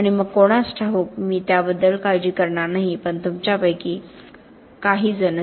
आणि मग कोणास ठाऊक मी त्याबद्दल काळजी करणार नाही पण तुमच्यापैकी काहीजण